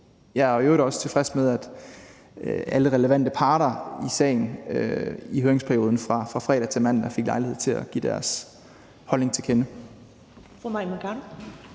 Jeg er i øvrigt også tilfreds med, at alle relevante parter i sagen i høringsperioden fra fredag til mandag fik lejlighed til at give deres holdning til kende.